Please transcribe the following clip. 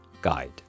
guide